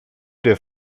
der